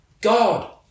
God